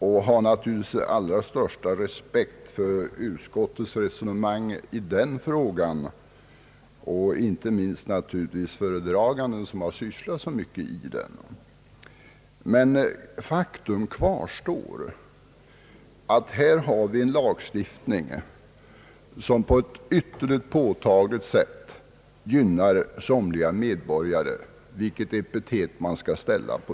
Jag har naturligtvis den allra största respekt för utskottets resonemang i den frågan och inte minst naturligtvis för föredraganden, som har sysslat så mycket med dessa ting. Men faktum kvarstår att vi här har en lagstiftning, som på ett ytterligt påtagligt sätt gynnar somliga medborgare.